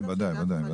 כן, ודאי.